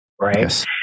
right